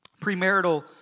premarital